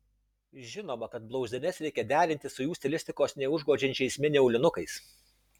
žinoma kad blauzdines reikia derinti su jų stilistikos neužgožiančiais mini aulinukais